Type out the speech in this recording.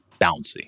bouncy